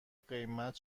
قیمت